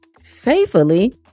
faithfully